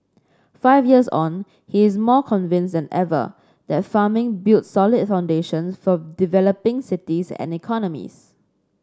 five years on he is more convinced than ever that farming builds solid foundations for developing cities and economies